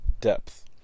depth